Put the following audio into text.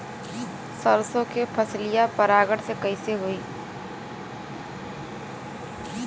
सरसो के फसलिया परागण से कईसे होई?